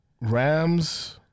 Rams